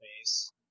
face